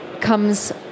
comes